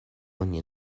oni